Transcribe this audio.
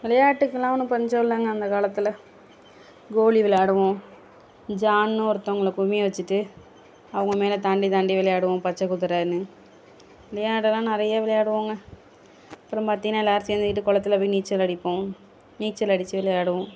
விளையாட்டுக்கெல்லா ஒன்றும் பஞ்சம் இல்லைங்க அந்த காலத்தில் கோலி விளாடுவோம் ஜான்னு ஒருத்தவங்கள குனிய வச்சுட்டு அவங்க மேல் தாண்டி தாண்டி விளையாடுவோம் பச்சை குதிரைன்னு இதே ஆட்டலாம் நிறையா விளையாடுவோம்ங்க அப்பறம் பார்த்தீங்கன்னா எல்லோரும் சேர்ந்துக்கிட்டு குளத்துல போய் நீச்சல் அடிப்போம் நீச்சல் அடிச்சு விளையாடுவோம்